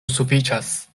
sufiĉas